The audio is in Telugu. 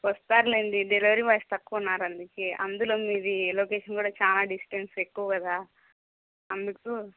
వస్తారులెండి డెలివరీ బాయ్స్ తక్కువ ఉన్నారు అందుకే అందులో మీది లొకేషన్ కూడా చాలా డిస్టెన్స్ ఎక్కువ కదా అందుకు